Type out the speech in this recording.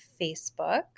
Facebook